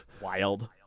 Wild